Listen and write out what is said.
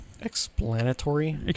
Explanatory